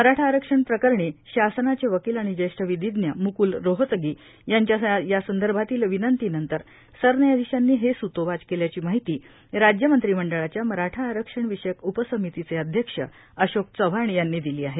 मराठा आरक्षण प्रकरणी शासनाचे वकील आणि ज्येष्ठ विधीज्ञ मुकुल रोहतगी यांच्या यासंदर्भातील विनंतीनंतर सरन्यायाधीशांनी हे सूतोवाच केल्याची माहिती राज्य मंत्रिमंडळाच्या मराठा आरक्षण विषयक उपसमितीचे अध्यक्ष अशोक चव्हाण यांनी दिली आहे